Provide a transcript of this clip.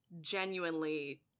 genuinely